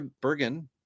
Bergen